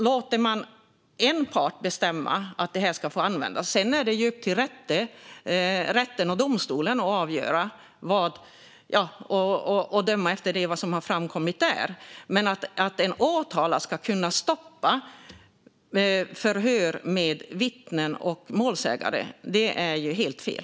Låter man en part bestämma att detta ska få användas är det sedan upp till rätten och domstolen att avgöra och döma efter vad som har framkommit där. Men att en åtalad ska kunna stoppa förhör med vittnen och målsägare är helt fel.